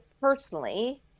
personally